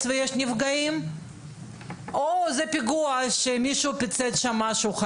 ויש נפגעים או שזה פיגוע שמישהו חלילה פוצץ משהו.